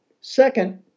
Second